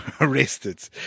Arrested